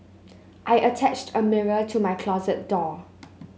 I attached a mirror to my closet door